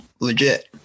legit